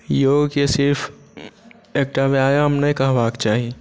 योगके सिर्फ एकटा व्यायाम नहि कहबाके चाही